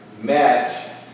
met